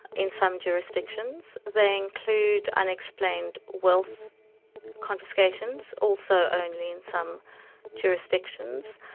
in some jurisdictions. they include unexplained wealth confiscations, also only in some jurisdictions.